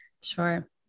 Sure